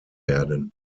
werden